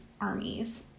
armies